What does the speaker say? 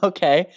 Okay